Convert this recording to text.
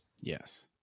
Yes